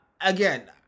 again